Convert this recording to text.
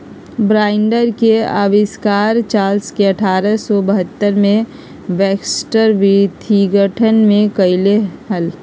binder के आविष्कार Charles ने अठारह सौ बहत्तर में बैक्सटर विथिंगटन में कइले हल